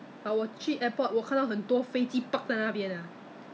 but by and large 我现在很怕吃这些 fried 这种 chicken chicken thing 的